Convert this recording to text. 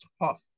tough